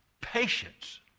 patience